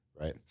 right